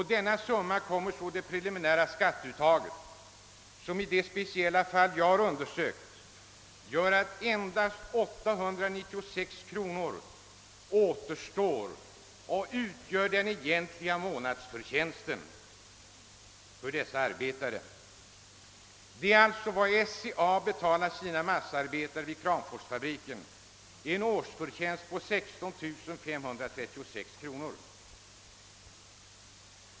Härifrån skall sedan preliminär skatt dragas, vilken i det speciella fall som jag har undersökt är så stor att endast 896 kronor sedan återstår. Den summan utgör sålunda den egentliga månadsförtjänsten för dessa arbetare. Det är vad SCA betalar sina massaarbetare vid Kramforsfabriken, d.v.s. en årsförtjänst på 16 536 kronor.